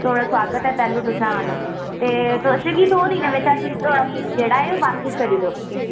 थुआढ़ा सोआगत ऐ तैह्ल्लूं तुसें औना ते तुस मिगी दो दिनें बिच अस फोन थुआढ़ा जेह्ड़ा ऐ बापस करी देई ओड़गे